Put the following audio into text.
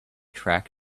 track